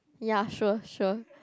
ya sure sure